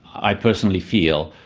i personally feel,